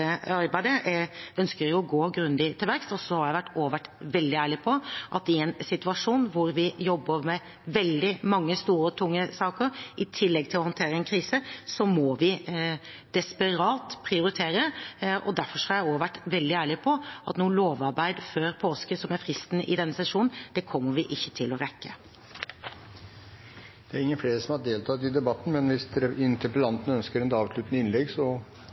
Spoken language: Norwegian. arbeidet. Jeg ønsker å gå grundig til verks. Jeg har også vært veldig ærlig på at i en situasjon hvor vi jobber med veldig mange store og tunge saker, i tillegg til at vi håndterer en krise, må vi desperat prioritere. Derfor har jeg også vært veldig ærlig på at vi ikke kommer til å rekke noe lovarbeid før påske, som er fristen i denne sesjonen. Det er ingen flere som har deltatt i debatten, men hvis interpellanten ønsker et avsluttende innlegg,